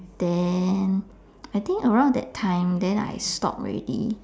then I think around that time then I stop already